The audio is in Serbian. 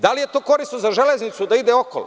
Da li je to korisno za „Železnica“ da ide okolo.